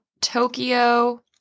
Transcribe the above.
Tokyo